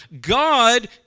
God